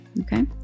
Okay